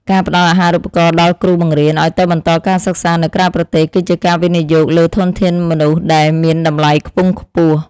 ការផ្តល់អាហារូបករណ៍ដល់គ្រូបង្រៀនឱ្យទៅបន្តការសិក្សានៅក្រៅប្រទេសគឺជាការវិនិយោគលើធនធានមនុស្សដែលមានតម្លៃខ្ពង់ខ្ពស់។